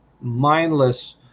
mindless